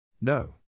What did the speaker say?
No